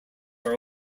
are